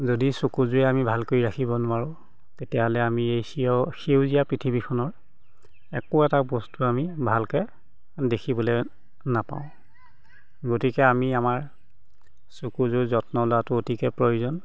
যদি চকুযোৰেই আমি ভালকৈ ৰাখিব নোৱাৰোঁ তেতিয়াহ'লে আমি সিয় সেউজীয়া পৃথিৱীখনৰ একো এটা বস্তুৱে আমি ভালকৈ দেখিবলৈ নাপাওঁ গতিকে আমি আমাৰ চকুযোৰ যত্ন লোৱাতো অতিকৈ প্ৰয়োজন